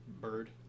Bird